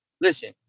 Listen